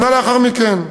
שנה לאחר מכן,